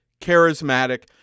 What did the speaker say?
charismatic